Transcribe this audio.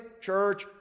church